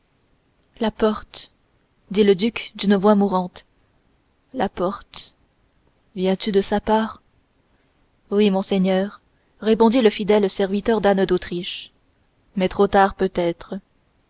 la porte dit le duc d'une voix mourante la porte viens-tu de sa part oui monseigneur répondit le fidèle serviteur d'anne d'autriche mais trop tard peut-être